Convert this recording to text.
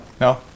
No